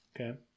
Okay